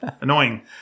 Annoying